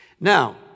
Now